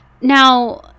Now